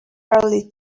early